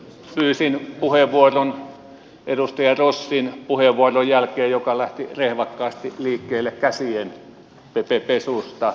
pyysin puheenvuoron edustaja rossin puheenvuoron jälkeen joka lähti rehvakkaasti liikkeelle käsien pesusta